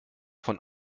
von